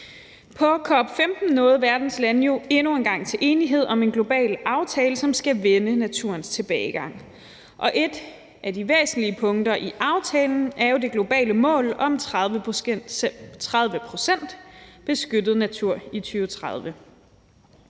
På COP15 nåede verdens lande jo endnu en gang til enighed om en global aftale, som skal vende naturens tilbagegang, og et af de væsentlige punkter i aftalen er jo det globale mål om 30 pct. beskyttet natur i 2030.